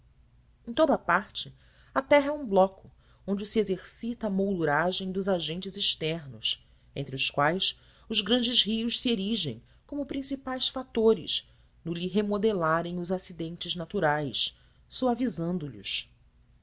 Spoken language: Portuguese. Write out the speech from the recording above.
em toda a parte a terra é um bloco onde se exercita a molduragem dos agentes externos entre os quais os grandes rios se erigem como principais fatores no lhe remodelarem os acidentes naturais